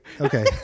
Okay